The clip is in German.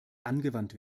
angewandt